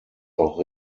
auch